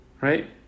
Right